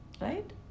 right